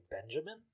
Benjamin